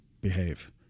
behave